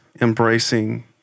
embracing